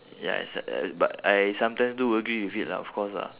ya it's like uh but I sometimes do agree with it lah of course lah